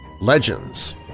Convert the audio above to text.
legends